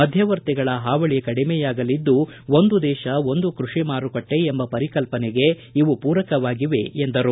ಮಧ್ವವರ್ತಿಗಳ ಹಾವಳಿ ಕಡಿಮೆಯಾಗಲಿದ್ದು ಒಂದು ದೇತ ಒಂದು ಕೈಷಿ ಮಾರುಕಟ್ಟೆ ಎಂಬ ಪರಿಕಲ್ಪನೆಗೆ ಇವು ಪೂರಕವಾಗಿವೆ ಎಂದರು